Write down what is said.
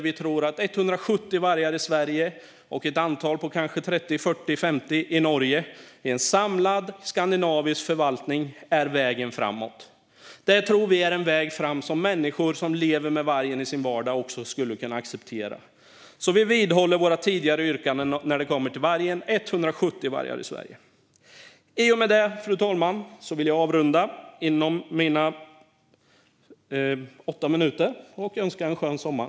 Vi tror att 170 vargar i Sverige och kanske 30, 40 eller 50 i Norge under en samlad skandinavisk förvaltning är vägen framåt. Vi tror att detta är en väg framåt som också människor som lever med vargen i sin vardag skulle kunna acceptera. Vi vidhåller vad vi tidigare sagt när det gäller vargen och 170 vargar i Sverige. Jag yrkar bifall till reservation 1. I och med detta, fru talman, vill jag avrunda inom mina åtta minuter och önska en skön sommar.